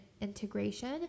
integration